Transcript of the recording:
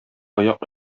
аяк